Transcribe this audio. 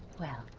well.